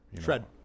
Shred